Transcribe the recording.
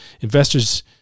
investors